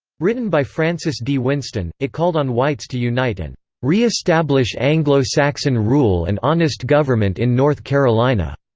written by francis d. winston, it called on whites to unite and re-establish anglo-saxon rule and honest government in north carolina.